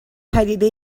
پدیده